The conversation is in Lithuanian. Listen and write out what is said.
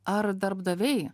ar darbdaviai